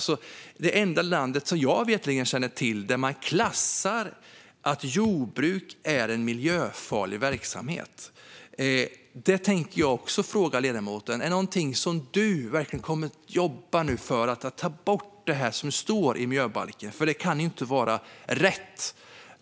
Sverige är mig veterligen det enda land där man klassar jordbruk som miljöfarlig verksamhet. Är detta något som du, Maria Gardfjell, kommer att jobba för att ta bort? Det som står i miljöbalken kan ju inte vara rätt.